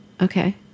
Okay